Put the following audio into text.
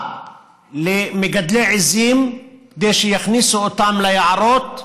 למגדלי עיזים כדי שיכניסו אותן ליערות,